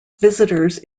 visitors